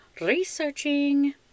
researching